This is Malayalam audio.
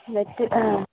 നെറ്റ് ആ